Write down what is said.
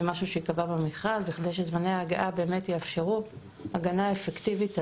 זה משהו שייקבע במכרז בכדי שזמני הגעה באמת יאפשרו הגנה אפקטיבית לאישה,